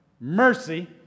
mercy